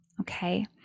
Okay